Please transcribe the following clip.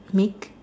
meek